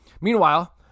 Meanwhile